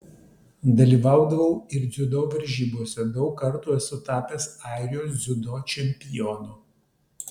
dalyvaudavau ir dziudo varžybose daug kartų esu tapęs airijos dziudo čempionu